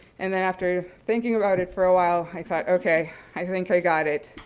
and then after thinking about it for a while i thought, okay, i think i got it.